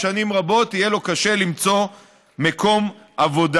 או שנים רבות יהיה לו קשה למצוא מקום עבודה.